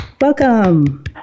welcome